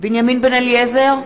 בנימין בן-אליעזר,